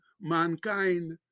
mankind